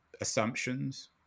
assumptions